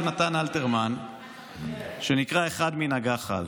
נתן אלתרמן שנקרא "אחד מן הגח"ל":